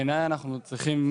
בעיניי אנחנו צריכים,